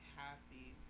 happy